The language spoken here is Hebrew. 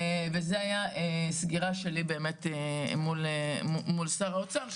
וזה היה באמת סגירה שלי מול שר האוצר,